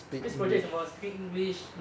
this project is about speaking english